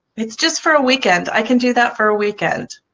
it's just for a weekend, i can do that for a weekend.